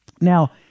Now